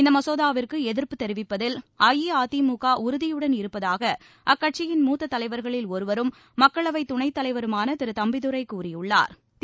இந்த மசோதாவிற்கு எதிா்ப்பு தெிவிப்பதில் அஇஅதிமுக உறுதியுடன் இருப்பதாக அக்கட்சியின் மூத்தத் தலைவா்களில் ஒருவரும் மக்களவைத் துணைத்தலைவருமான திரு தம்பிதுரை கூறியுள்ளாா்